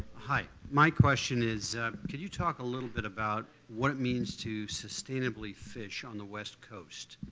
hi. my question is could you talk a little bit about what it means to sustainably fish on the west coast.